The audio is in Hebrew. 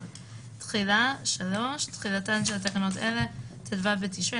תחילה תחילתן של תקנות אלה ביום ט"ו בתשרי